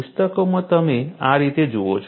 પુસ્તકોમાં તમે આ રીતે જુઓ છો